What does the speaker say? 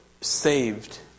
saved